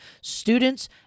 students